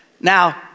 Now